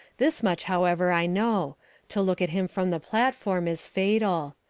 this much, however, i know to look at him from the platform is fatal.